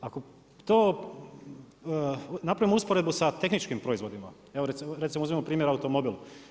Ako to napravimo usporedbu sa tehničkim proizvodima, evo recimo uzmimo primjer automobil.